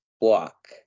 walk